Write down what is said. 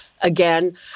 again